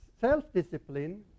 self-discipline